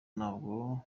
ntabwo